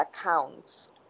accounts